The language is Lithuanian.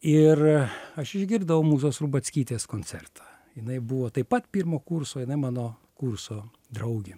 ir aš išgirdau mūzos rubackytės koncertą jinai buvo taip pat pirmo kurso jinai mano kurso draugė